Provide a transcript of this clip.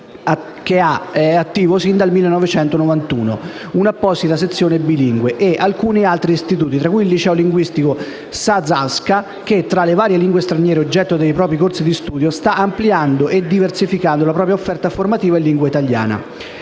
che ha attiva sin dal 1991 un'apposita sezione bilingue, e alcuni altri istituti, tra cui il liceo linguistico Sazavska, che, tra le varie lingue straniere oggetto dei propri corsi di studio, sta ampliando e diversificando la propria offerta formativa in lingua italiana.